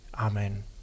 Amen